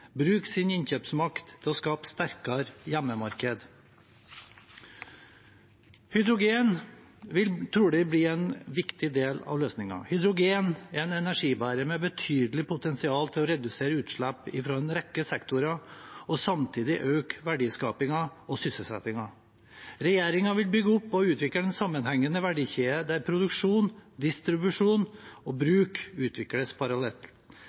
bruke sin innkjøpsmakt til å skape et sterkere hjemmemarked. Hydrogen vil trolig bli en viktig del av løsningen. Hydrogen er en energibærer med betydelig potensial til å redusere utslipp fra en rekke sektorer og samtidig øke verdiskapingen og sysselsettingen. Regjeringen vil bygge opp og utvikle en sammenhengende verdikjede, der produksjon, distribusjon og bruk utvikles